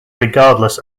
regardless